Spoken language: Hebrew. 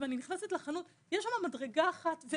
אני נכנסת לחנות, יש שם מדרגה אחת.